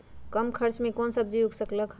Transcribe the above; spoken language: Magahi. कम खर्च मे कौन सब्जी उग सकल ह?